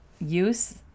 use